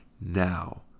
Now